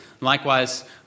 Likewise